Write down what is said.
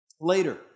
later